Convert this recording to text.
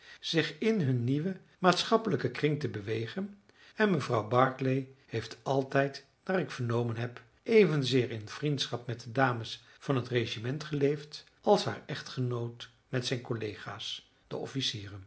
zich in hun nieuwen maatschappelijken kring te bewegen en mevrouw barclay heeft altijd naar ik vernomen heb evenzeer in vriendschap met de dames van het regiment geleefd als haar echtgenoot met zijn collega's de officieren